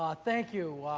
ah thank you.